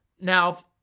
Now